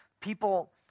People